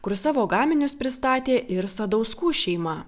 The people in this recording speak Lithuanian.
kur savo gaminius pristatė ir sadauskų šeima